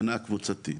ההגנה הקבוצתית.